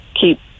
keep